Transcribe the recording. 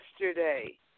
yesterday